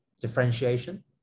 differentiation